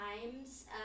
Times